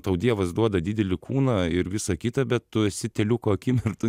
tau dievas duoda didelį kūną ir visa kita bet tu esi teliuko akim ir tu